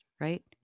right